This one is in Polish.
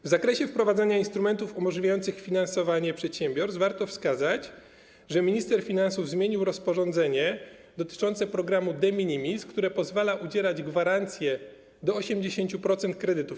W zakresie wprowadzania instrumentów umożliwiających finansowanie przedsiębiorstw warto wskazać, że minister finansów zmienił rozporządzenie dotyczące programu de minimis, które pozwala udzielać gwarancji do 80% kredytów.